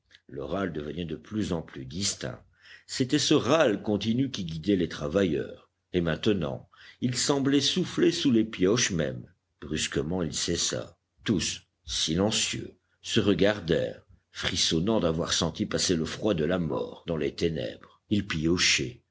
le râle devenait de plus en plus distinct c'était ce râle continu qui guidait les travailleurs et maintenant il semblait souffler sous les pioches mêmes brusquement il cessa tous silencieux se regardèrent frissonnants d'avoir senti passer le froid de la mort dans les ténèbres